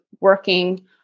working